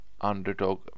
underdog